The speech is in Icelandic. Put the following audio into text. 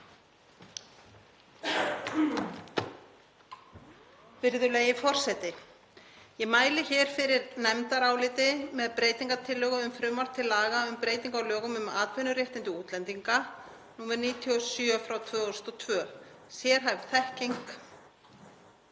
Virðulegi forseti. Ég mæli hér fyrir nefndaráliti með breytingartillögu um frumvarp til laga um breytingu á lögum um atvinnuréttindi útlendinga, nr. 97/2002, sérhæfð þekking.